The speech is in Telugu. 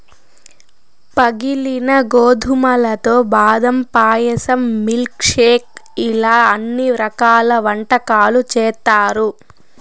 పగిలిన గోధుమలతో బాదం పాయసం, మిల్క్ షేక్ ఇలా అన్ని రకాల వంటకాలు చేత్తారు